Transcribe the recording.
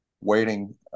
waiting